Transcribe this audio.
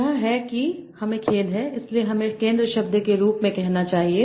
यह है की हमें खेद है इसलिए हमें केंद्र शब्द के रूप में कहना चाहिए